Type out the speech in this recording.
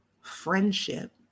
friendship